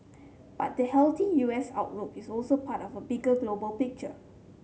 but the healthy U S outlook is also part of a bigger global picture